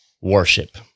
worship